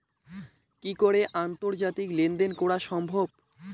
কি করে আন্তর্জাতিক লেনদেন করা সম্ভব?